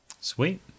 Sweet